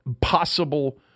possible